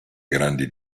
grandi